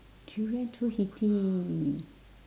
durian too heaty